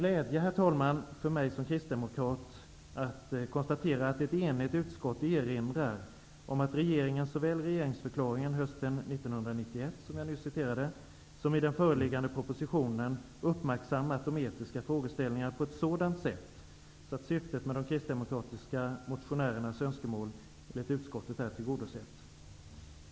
Det är med glädje som jag som kristdemokrat konstaterar att ett enigt utskott erinrar om att regeringen såväl i regeringsförklaringen hösten 1991, vilken jag nyss citerade ur, som i den föreliggande propositionen uppmärksammat de etiska frågeställningarna på ett sådant sätt att syftet med de kristdemokratiska motionärernas önskemål enligt utskottet är tillgodosett.